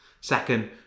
Second